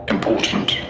Important